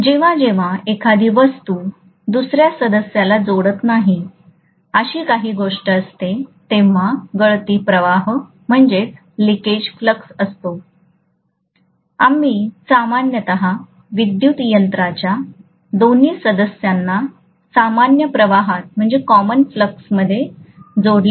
जेव्हा जेव्हा एखादी वस्तू दुसर्या सदस्याला जोडत नाही अशी काही गोष्ट असते तेव्हा गळती प्रवाह असतो आम्ही सामान्यत विद्युत यंत्राच्या दोन्ही सदस्यांना सामान्य प्रवाहात जोडले जाण्याची अपेक्षा करतो